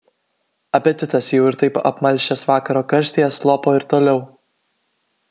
apetitas jau ir taip apmalšęs vakaro karštyje slopo ir toliau